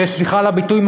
וסליחה על הביטוי,